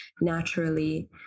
naturally